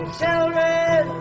children